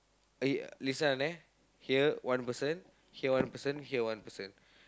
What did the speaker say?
eh listen அண்ணன்:annan here one person here one person here one person